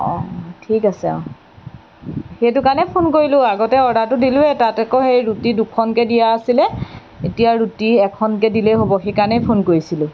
অঁ ঠিক আছে অঁ সেইটো কাৰণে ফোন কৰিলোঁ আগতে অৰ্ডাৰটো দিলোঁৱেই তাত আকৌ সেই ৰুটি দুখনকৈ দিয়া আছিলে এতিয়া ৰুটি এখনকৈ দিলেই হ'ব সেইকাৰণেই ফোন কৰিছিলোঁ